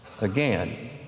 Again